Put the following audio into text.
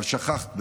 אבל שכחת,